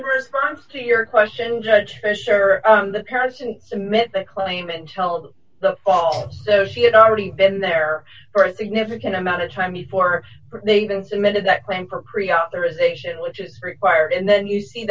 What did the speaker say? response to your question judge fisher the parents didn't submit the claim until the fall so she had already been there for a significant amount of time before they even submitted that claim for pre authorization which is required and then you see